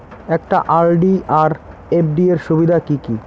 একটা আর.ডি আর এফ.ডি এর সুবিধা কি কি?